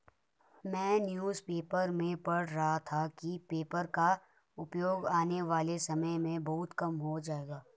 मैं newspaper में पढ़ रहा था कि पेपर का उपयोग आने वाले समय में बहुत कम हो जाएगा